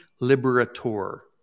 Liberator